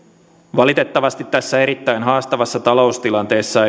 valitettavasti tässä erittäin haastavassa taloustilanteessa